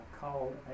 called